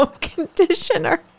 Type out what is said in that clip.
conditioner